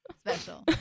Special